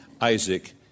Isaac